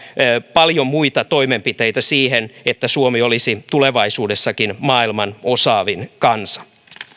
paljon muita toimenpiteitä on siihen että suomi olisi tulevaisuudessakin maailman osaavin kansa